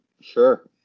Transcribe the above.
Sure